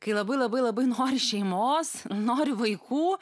kai labai labai labai nori šeimos nori vaikų